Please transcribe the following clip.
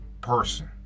person